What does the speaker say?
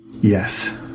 yes